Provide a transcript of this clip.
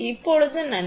இப்போது நன்றி